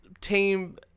team